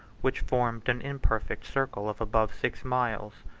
which formed an imperfect circle of above six miles.